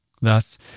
Thus